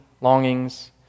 longings